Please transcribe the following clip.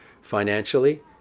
financially